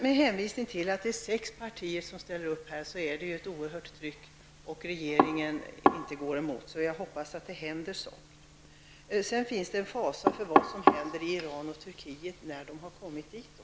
Det finns en fasa för vad som händer i Iran ochTurkiet när dessa människor kommer dit. Mot bakgrund av att sex partier här ställer upp är det ett oerhört tryck, och regeringen går inte emot. Jag hoppas att det händer saker.